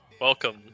Welcome